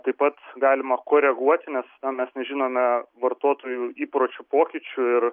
taip pat galima koreguoti nes na mes nežinome vartotojų įpročių pokyčių ir